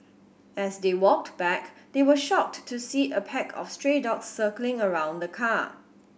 as they walked back they were shocked to see a pack of stray dogs circling around the car